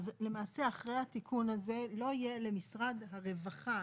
אז למעשה אחרי התיקון הזה לא יהיה למשרד הרווחה,